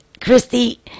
Christy